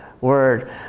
word